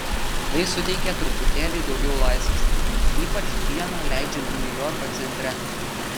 tai suteikia truputėlį daugiau laisvės ypač dieną leidžiant niujorko centre